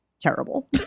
terrible